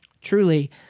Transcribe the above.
Truly